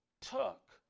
took